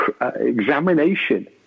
examination